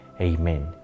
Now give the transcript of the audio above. Amen